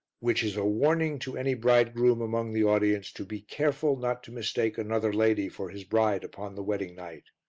which is a warning to any bridegroom among the audience to be careful not to mistake another lady for his bride upon the wedding night.